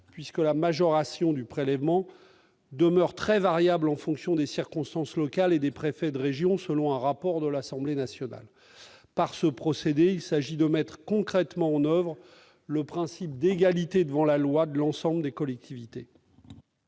puisque la majoration du prélèvement demeure très variable en fonction des circonstances locales et des préfets de région, selon un rapport de l'Assemblée nationale. Il s'agit de mettre concrètement en oeuvre le principe d'égalité des collectivités